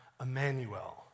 Emmanuel